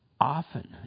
often